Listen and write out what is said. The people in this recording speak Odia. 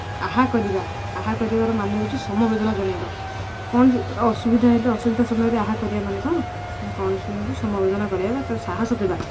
ଆହା କରିବା ଆହା କରିବାର ମାନେ ହେଉଛି ସମବେଦନା ଜଣାଇବା କୌଣସି ଅସୁବିଧା ହେଲେ ଅସୁବିଧା ସମୟରେ ଆହା କରିବା ମାନେ କ'ଣ ନା କୌଣସି ଜଣଙ୍କୁ ସମବେଦନା କରିବା ତାକୁ ସାହାସ ଦେବା